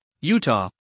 Utah